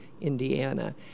Indiana